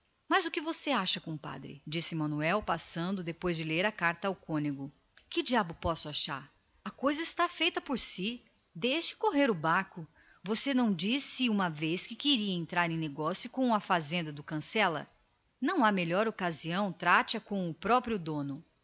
mas afinal que acha você compadre disse ele passando a carta ao cônego depois de a ler que diabo posso achar a coisa está feita por si deixe correr o barco você não disse uma vez que queria entrar em negócio com a fazenda do cancela não há melhor ocasião trate a com o próprio dono